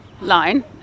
line